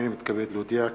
הנני מתכבד להודיע,